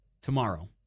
tomorrow